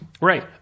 Right